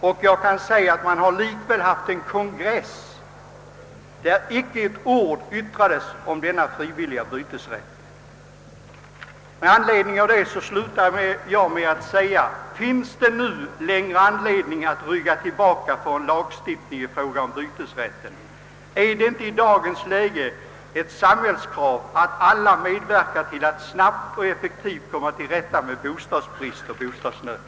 Och på en kongress som fastighetsägarna nyligen höll yttrades inte ett ord om denna frivilliga bytesrätt. Med anledning därav slutar jag med att säga: Finns det nu längre anledning att rygga tillbaka för en lagstiftning i fråga om bytesrätten? Är det inte i dagens läge ett samhällskrav att alla medverkar till att snabbt och effektivt komma till rätta med bostadsbrist och bostadsnöd?